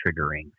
triggering